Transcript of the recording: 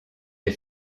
des